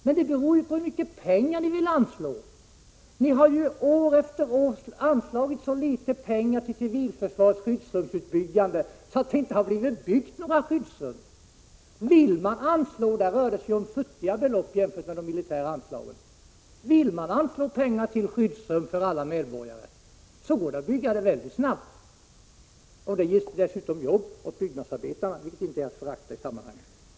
Men det beror ju på hur mycket pengar man vill anslå! Ni har år efter år anslagit så litet pengar till civilförsvarets skyddsrumsutbyggnad att det inte har blivit några skyddsrum byggda. Där rör det sig om futtiga belopp jämfört med de militära anslagen. Vill man anslå pengar till skyddsrum för alla medborgare så går det att bygga dem väldigt snabbt — och det ger dessutom jobb åt — Prot. 1986/87:133 byggnadsarbetarna, vilket inte är att förakta i sammanhanget.